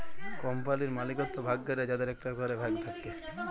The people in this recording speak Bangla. কম্পালির মালিকত্ব ভাগ ক্যরে যাদের একটা ক্যরে ভাগ থাক্যে